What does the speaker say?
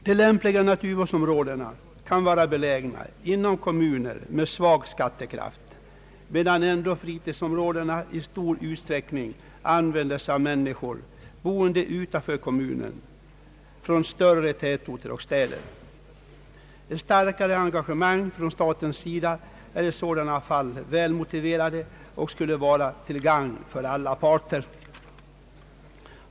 De lämpliga naturvårdsområdena kan vara belägna inom kommuner med svag skattekraft, medan ändå fritidsområdena i stor utsträckning används av människor boende utanför kommunen — från större tätorter och städer. Ett starkare engagemang från statens sida är i sådana fall väl motiverat och skulle vara till gagn för alla parter.